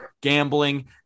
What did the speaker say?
gambling